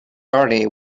early